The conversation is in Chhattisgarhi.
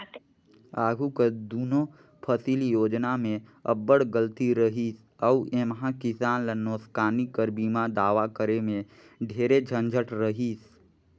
आघु कर दुनो फसिल योजना में अब्बड़ गलती रहिस अउ एम्हां किसान ल नोसकानी कर बीमा दावा करे में ढेरे झंझट रहिस